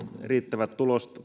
riittävät